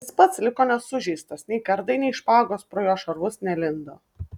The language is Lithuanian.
jis pats liko nesužeistas nei kardai nei špagos pro jo šarvus nelindo